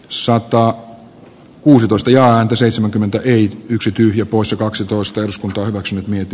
ssa klo kuusitoista ja anki seitsemänkymmentä eli yksi tyhjä poissa kaksitoista donnaksi myyty